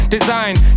Designed